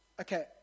okay